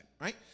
right